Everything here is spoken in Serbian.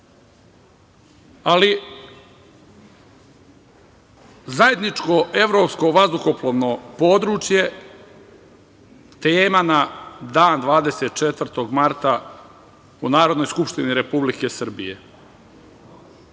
ali zajedničko evropsko vazduhoplovno područje tema na dan 24. marta u Narodnoj skupštini Republike Srbije.